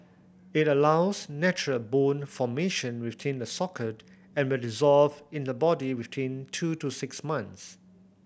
it allows natural bone formation within the socket and will dissolve in the body within two to six months